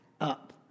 up